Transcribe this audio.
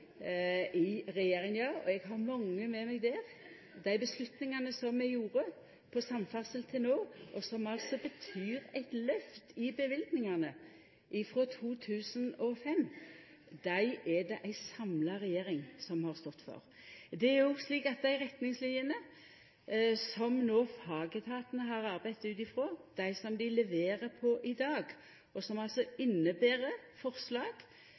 i regjeringa, og eg har mange med meg der. Dei vedtaka som til no er gjorde innan samferdsel, som betyr eit lyft i løyvingane frå 2005, er det ei samla regjering som har stått for. Det er òg slik at dei retningslinjene som fagetatane no har arbeidd ut frå – som dei leverer på i dag, og som altså inneber forslag